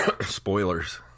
Spoilers